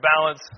balance